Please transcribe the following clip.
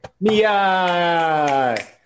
Mia